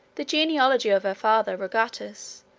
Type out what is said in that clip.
the genealogy of her father, rogatus,